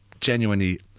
genuinely